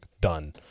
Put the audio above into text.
done